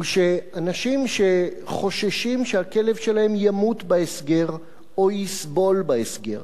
הוא שאנשים שחוששים שהכלב שלהם ימות בהסגר או יסבול בהסגר,